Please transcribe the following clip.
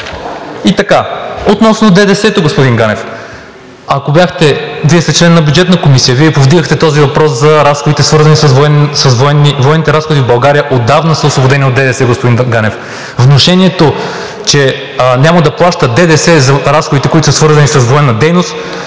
И така, относно ДДС, господин Ганев. Вие сте член на Бюджетната комисия и Вие повдигахте този въпрос за разходите, а военните разходи в България отдавна са освободени от ДДС, господин Ганев. Внушението, че няма да плащат ДДС за разходите, които са свързани с военна дейност,